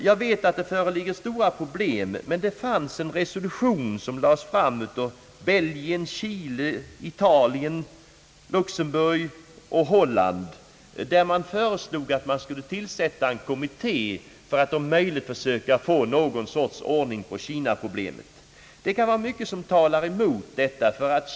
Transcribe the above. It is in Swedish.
Jag vet att det föreligger stora problem, men Belgien, Chile, Italien, Luxemburg och Holland har lagt fram ett resolutionsförslag som går ut på att det borde tillsättas en kommitté för att om möjligt få någon ordning på kinaproblemet. Naturligtvis kan det finnas mycket som talar emot detta förslag.